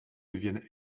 deviennent